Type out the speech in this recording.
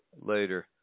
later